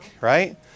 right